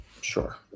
Sure